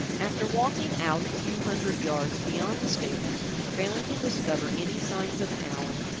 after walking out a few hundred yards beyond the stables, and failing to discover any signs of allan,